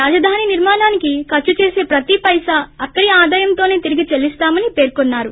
రాజధాని నిర్మాణానికి ఖర్చు చేస ప్రతిపైసా అక్కడి ఆదాయంతోస తిరిగి చెల్లిస్తామని పేర్కొన్నారు